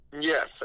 Yes